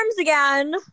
again